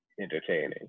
entertaining